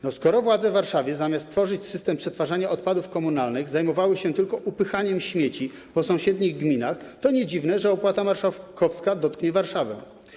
No skoro władze Warszawy, zamiast tworzyć system przetwarzania odpadów komunalnych, zajmowały się tylko upychaniem śmieci po sąsiednich gminach, to nie jest dziwne, że opłata marszałkowska dotknie Warszawę.